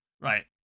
right